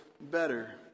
better